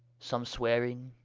some swearing,